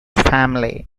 family